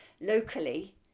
locally